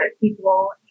people